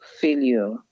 failure